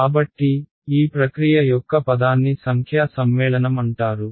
కాబట్టి ఈ ప్రక్రియ యొక్క పదాన్ని సంఖ్యా సమ్మేళనం అంటారు